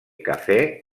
cafè